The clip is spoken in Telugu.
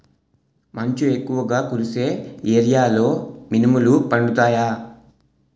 మంచు ఎక్కువుగా కురిసే ఏరియాలో మినుములు పండుతాయా?